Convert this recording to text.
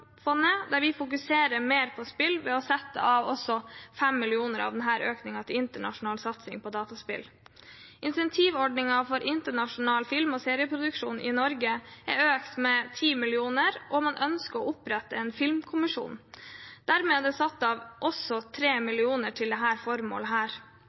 der vi legger større vekt på spill ved å sette av 5 mill. kr av økningen til internasjonal satsing på dataspill. Incentivordningen for internasjonal film- og serieproduksjon i Norge er økt med 10 mill. kr, og man ønsker å opprette en filmkommisjon. Dermed er det også satt av